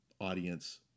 audience